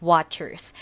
Watchers